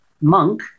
monk